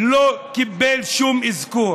לא קיבלה שום אזכור.